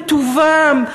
בטובם,